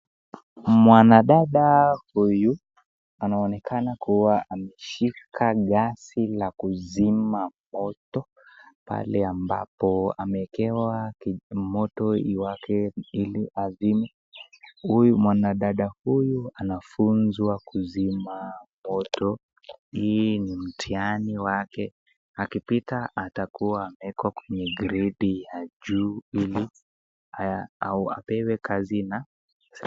Mwanadada huyu anaonekana kuwa ameshika gasi la kuzima moto pale ambapo amewekewa moto iwake ili azime. Huyu mwanadada huyu anafunzwa kuzima hii ni mtihani wake akipita atakuwa amewekwa kwenye gredi ya juu ili apewe kazi na